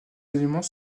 éléments